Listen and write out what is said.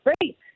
great